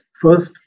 first